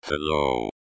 Hello